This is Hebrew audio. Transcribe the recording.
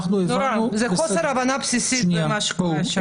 זה חוסר הבנה בסיסי במה שקורה שם.